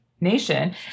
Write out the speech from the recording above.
nation